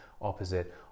opposite